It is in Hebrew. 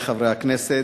בסדר-היום: